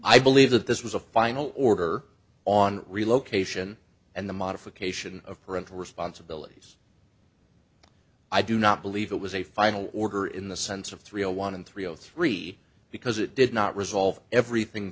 i believe that this was a final order on relocation and the modification of parental responsibilities i do not believe it was a final order in the sense of three zero one and three zero three because it did not resolve everything